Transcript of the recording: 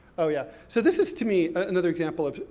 oh yeah. so this is, to me, another example of,